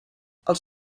els